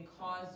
cause